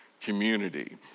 community